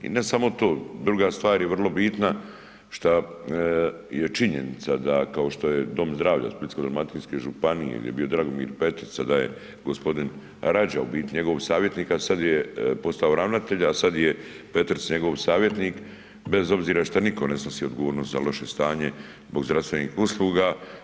I ne samo to, druga stvar je vrlo bitna šta je činjenica da kao što je Dom zdravlja Splitsko-dalmatinske županije gdje je bio Dragomir Petica da je gospodin Rađa u biti njegov savjetnik postao ravnatelj, a sada je Petrica njegov savjetnik bez obzira šta niko ne snosi odgovornost za loše stanje zbog zdravstvenih usluga.